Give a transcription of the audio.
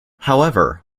however